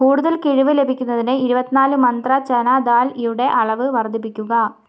കൂടുതൽ കിഴിവ് ലഭിക്കുന്നതിന് ഇരുപത്തി നാല് മന്ത്ര ചന ദാൽ യുടെ അളവ് വർദ്ധിപ്പിക്കുക